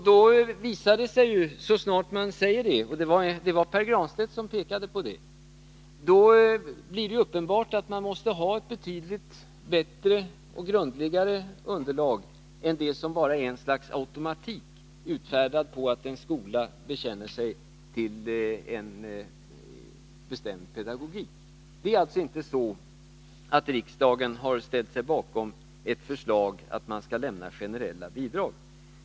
Då blir det uppenbart, som Pär Granstedt också pekade på, att man måste ha ett betydligt bättre och grundligare underlag än det som bara är ett slags automatik, där en skola bekänner sig till en bestämd pedagogik. Det är alltså inte så att riksdagen har ställt sig bakom ett förslag att lämna generella bidrag.